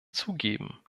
zugeben